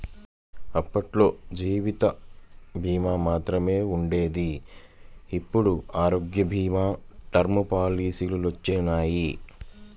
అప్పట్లో జీవిత భీమా మాత్రమే ఉండేది ఇప్పుడు ఆరోగ్య భీమా, టర్మ్ పాలసీలొచ్చినియ్యి